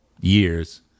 years